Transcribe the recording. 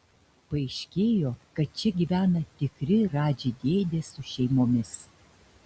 paaiškėjo kad čia gyvena tikri radži dėdės su šeimomis